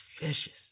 vicious